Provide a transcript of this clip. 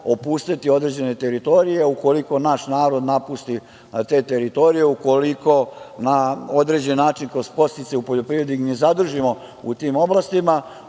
opusteti određene teritorije. Ukoliko naš narod napusti te teritorije, ukoliko na određen način, kroz podsticaje u poljoprivredi ih ne zadužimo u tim oblastima,